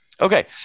Okay